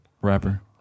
Rapper